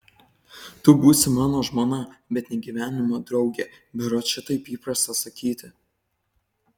tu būsi mano žmona bet ne gyvenimo draugė berods šitaip įprasta sakyti